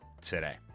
today